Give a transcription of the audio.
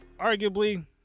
Arguably